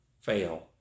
fail